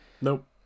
Nope